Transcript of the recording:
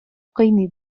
кыйный